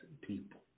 people